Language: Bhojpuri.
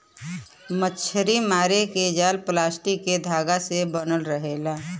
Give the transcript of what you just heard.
मछरी मारे क जाल प्लास्टिक के धागा से बनल रहेला